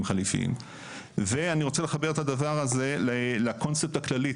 חליפיים ואני רוצה לחבר את הדבר הזה לקונספט הכללי,